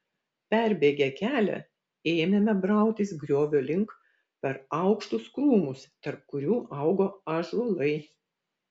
perbėgę kelią ėmėme brautis griovio link per aukštus krūmus tarp kurių augo ąžuolai